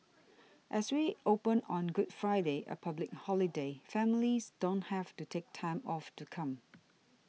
as we open on Good Friday a public holiday families don't have to take time off to come